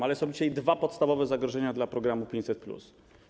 Ale są dzisiaj dwa podstawowe zagrożenia dla programu 500+.